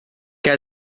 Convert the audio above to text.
què